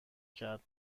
کرد